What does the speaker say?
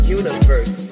universe